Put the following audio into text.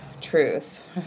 truth